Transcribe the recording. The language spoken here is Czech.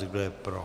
Kdo je pro?